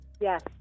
Yes